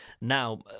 Now